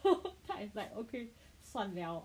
so 他 it's like okay 算了